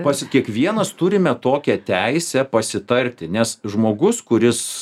pas kiekvienas turime tokią teisę pasitarti nes žmogus kuris